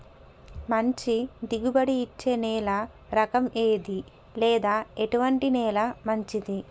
మంచి దిగుబడి ఇచ్చే నేల రకం ఏది లేదా ఎటువంటి నేల మంచిది?